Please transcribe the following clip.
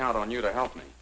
count on you to help me